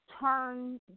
turn